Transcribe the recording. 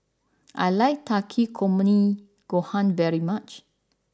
I like Takikomi Gohan very much